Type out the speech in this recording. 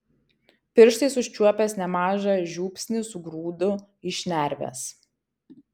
pirštais užčiuopęs nemažą žiupsnį sugrūdu į šnerves